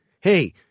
hey